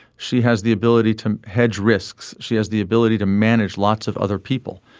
she has the ability to hedge risks. she has the ability to manage lots of other people.